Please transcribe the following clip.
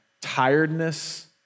tiredness